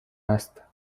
است